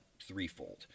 threefold